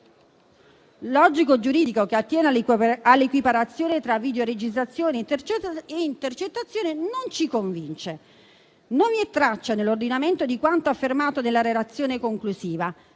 logico-giuridico che attiene all'equiparazione tra videoregistrazioni e intercettazioni non ci convince. Non vi è traccia nell'ordinamento di quanto affermato nella relazione conclusiva.